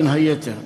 בין היתר,